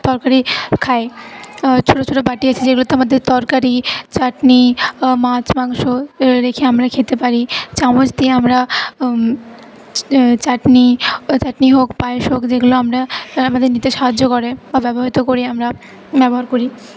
তরকারি খায় ছোটো ছোটো বাটি আছে যেগুলোতে আমাদের তরকারি চাটনি মাছ মাংস রেখে আমরা খেতে পারি চামচ দিয়ে আমরা চাটনি চাটনি হোক পায়েস হোক যেগুলো আমরা আমাদের নিতে সাহায্য করে বা ব্যবহৃত করি আমরা ব্যবহার করি